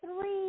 three